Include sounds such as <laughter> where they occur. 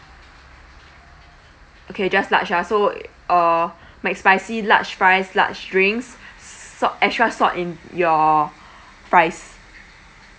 okay just large ah so i~ uh mcspicy large fries large drinks <breath> s~ salt extra salt in your fries